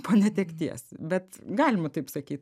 po netekties bet galima taip sakyt